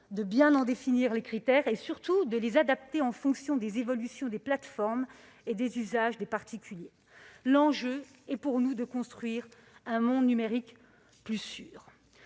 de bien en définir les critères et surtout de les adapter aux évolutions des plateformes et des usages des particuliers. L'enjeu est pour nous de construire un monde numérique plus sûr.